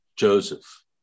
Joseph